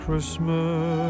Christmas